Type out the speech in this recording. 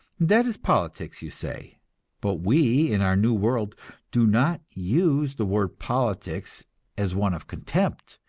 that is politics, you say but we in our new world do not use the word politics as one of contempt.